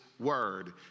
Word